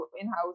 in-house